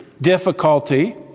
difficulty